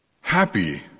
happy